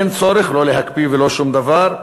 אין צורך לא להקפיא ולא שום דבר,